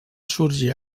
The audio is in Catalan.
sorgir